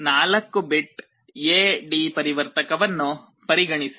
4 bit A D ಪರಿವರ್ತಕವನ್ನು ಪರಿಗಣಿಸಿ